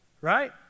right